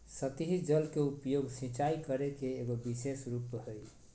सतही जल के उपयोग, सिंचाई करे के एगो विशेष रूप हइ